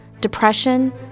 depression